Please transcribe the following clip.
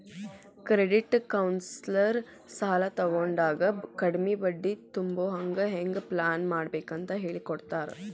credit counsellor ಸಾಲಾ ತಗೊಂಡಾಗ ಕಡ್ಮಿ ಬಡ್ಡಿ ತುಂಬೊಹಂಗ್ ಹೆಂಗ್ ಪ್ಲಾನ್ಮಾಡ್ಬೇಕಂತ್ ಹೆಳಿಕೊಡ್ತಾರ